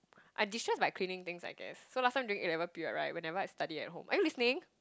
I destress by cleaning thing I guess so last time during A-level period right whenever I study at home are you listening